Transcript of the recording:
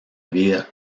vida